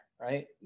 right